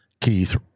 Keith